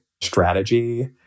strategy